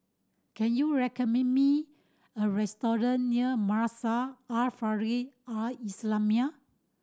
can you recommend me a restaurant near Madrasah Al Maarif Al Islamiah